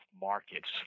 markets